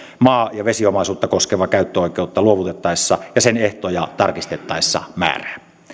maa ja vesiomaisuutta koskevaa käyttöoikeutta luovutettaessa ja sen ehtoja tarkistettaessa määrää